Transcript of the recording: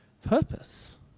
purpose